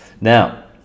now